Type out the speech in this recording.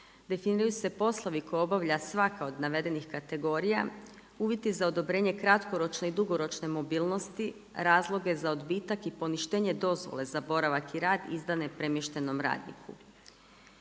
definiraju se poslovi koje obavlja svaka od navedenih kategorija, uvjeti za odobrenje kratkoročne i dugoročne mobilnosti, razloge za odbitak i poništenje dozvole za boravak i rad izdane premještenom radniku.